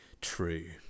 true